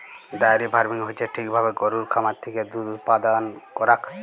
diary farming হচ্যে ঠিক ভাবে গরুর খামার থেক্যে দুধ উপাদান করাক